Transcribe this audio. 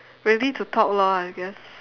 ready to talk lor I guess